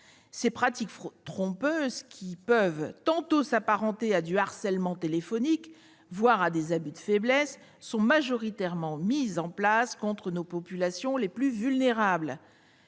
Ces pratiques trompeuses, qui peuvent s'apparenter à du harcèlement téléphonique, voire à des abus de faiblesse, sont majoritairement mises en place contre nos populations les plus vulnérables.